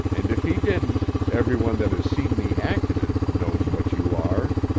and, if he didn't, every one that has seen me act in it, knows what you are.